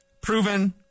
Proven